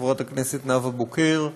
חברת הכנסת נאוה בוקר,